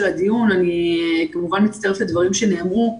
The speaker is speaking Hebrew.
אני כמובן מצטרפת לדברים שנאמרו.